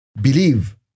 Believe